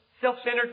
self-centered